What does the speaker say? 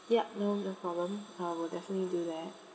yup no no problem I will definitely do that